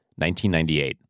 1998